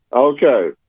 Okay